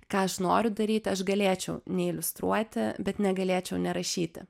ką aš noriu daryti aš galėčiau neiliustruoti bet negalėčiau nerašyti